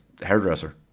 hairdresser